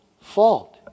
Fault